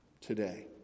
today